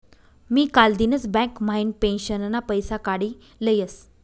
मी कालदिनच बँक म्हाइन पेंशनना पैसा काडी लयस